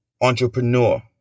entrepreneur